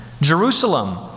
Jerusalem